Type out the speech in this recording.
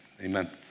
amen